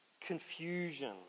confusion